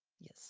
yes